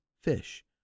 fish